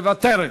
מוותרת.